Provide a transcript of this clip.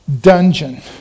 dungeon